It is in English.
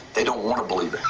they don't want to believe it.